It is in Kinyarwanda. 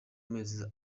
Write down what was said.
mezi